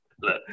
look